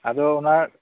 ᱳᱮ